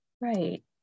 Right